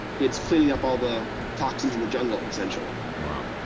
it's cleaning up all the toxins in the jungle, essentially. wow.